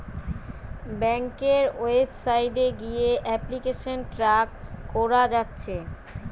ব্যাংকের ওয়েবসাইট গিয়ে application track কোরা যাচ্ছে